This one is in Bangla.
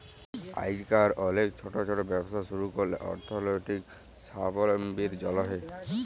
আইজকাল অলেক ছট ছট ব্যবসা ছুরু ক্যরছে অথ্থলৈতিক সাবলম্বীর জ্যনহে